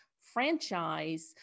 franchise